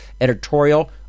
editorial